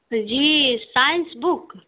جی science بک